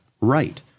right